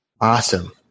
Awesome